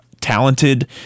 talented